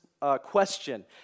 question